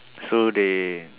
so they